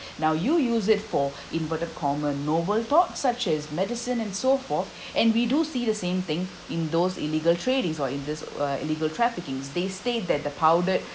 now you use it for inverted comma noble talk such as medicine and so forth and we do see the same thing in those illegal tradings or in this uh illegal traffickings they state that the powdered